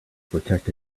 protect